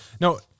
No